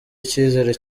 icyizere